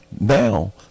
Now